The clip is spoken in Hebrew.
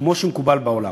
כמו שמקובל בעולם.